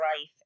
life